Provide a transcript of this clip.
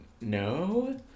No